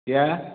क्या